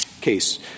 case